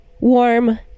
Warm